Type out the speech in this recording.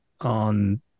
on